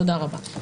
תודה רבה.